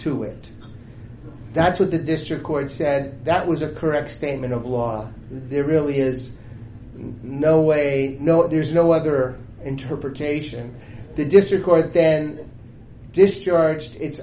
to it that's what the district court said that was a correct statement of law there really is no way no there's no other interpretation the district court then discharged it